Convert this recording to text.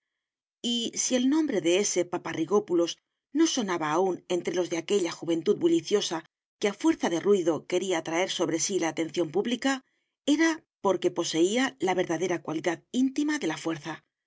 si el nombre de s paparrigópulos no sonaba aún entre los de aquella juventud bulliciosa que a fuerza de ruido quería atraer sobre sí la atención pública era porque poseía la verdadera cualidad íntima de la fuerza